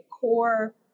core